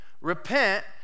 repent